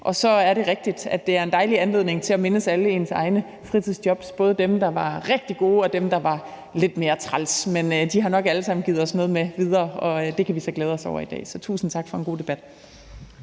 Så er det også rigtigt, at det er en dejlig anledning til at mindes alle ens egne fritidsjob, både dem, der var rigtig gode, og dem, der var lidt mere trælse, men de har nok alle sammen givet os noget med videre, og det kan vi så glæde os over i dag. Så tusind tak for en god debat.